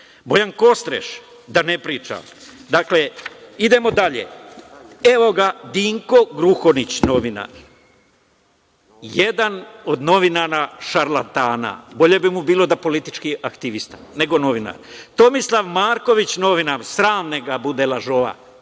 Bojan Kostreš, da ne pričam. Dakle, idemo dalje. Evo, ga Dinko Gruhonjić, novinar. Jedan od novinara, šarlatana. Bolje bi mu bilo da je politički aktivista nego novinar. Tomislav Marković, novinar. Sram neka bude lažova